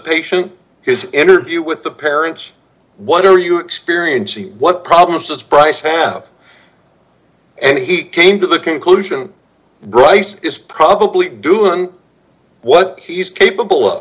patient his interview with the parents what are you experiencing what problems this price have and he came to the conclusion bryce is probably doing what he's capable of